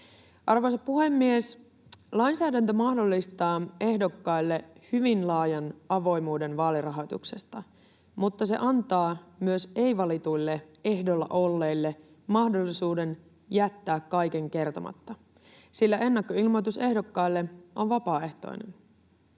Arvoisa puhemies! Lainsäädäntö mahdollistaa ehdokkaille hyvin laajan avoimuuden vaalirahoituksesta, mutta se antaa myös ei-valituille ehdolla olleille mahdollisuuden jättää kaiken kertomatta, sillä ennakkoilmoitus ehdokkaille on vapaaehtoinen.